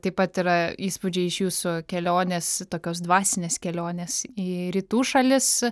taip pat yra įspūdžiai iš jūsų kelionės tokios dvasinės kelionės į rytų šalis